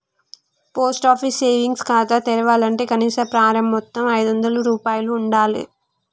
post office savings ఖాతా తెరవాలంటే కనీస ప్రారంభ మొత్తం ఐదొందల రూపాయలు ఉండాలె